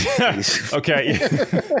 Okay